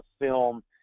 film